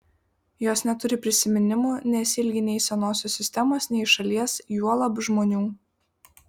jos neturi prisiminimų nesiilgi nei senosios sistemos nei šalies juolab žmonių